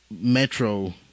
Metro